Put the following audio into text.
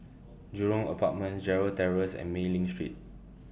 Jurong Apartments Gerald Terrace and Mei Ling Street